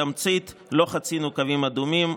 בתמצית, לא חצינו קווים אדומים.